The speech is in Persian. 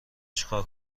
چیکار